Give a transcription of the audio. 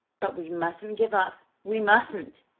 but we mustn't give up we mustn't!